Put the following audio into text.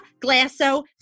Glasso